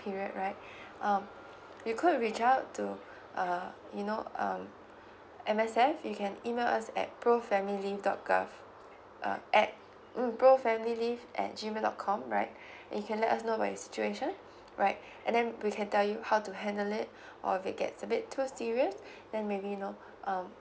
period right um you could reach out to uh you know um M_S_F you can email us at pro family dot gov uh at mm pro family leave at G mail dot com right you can let us know what is your situation right and then we can tell you how to handle it or if it gets a bit too serious then maybe you know um